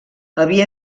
havia